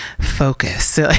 focus